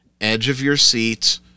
edge-of-your-seat